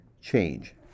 change